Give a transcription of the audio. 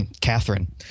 Catherine